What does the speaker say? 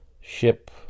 ship